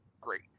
great